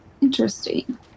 interesting